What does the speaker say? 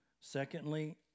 Secondly